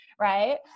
Right